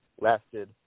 lasted